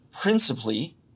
principally